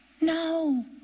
no